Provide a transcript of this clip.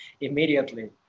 immediately